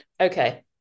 okay